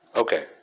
Okay